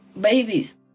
babies